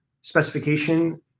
specification